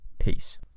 peace